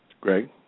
Greg